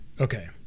Okay